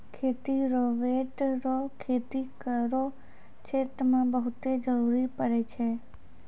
खेती रोवेट रो खेती करो क्षेत्र मे बहुते जरुरी पड़ै छै